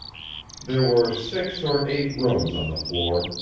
there were six or eight rooms on the floor,